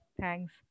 Thanks